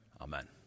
Amen